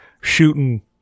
shooting